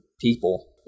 people